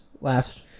last